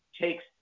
takes